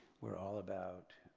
we're all about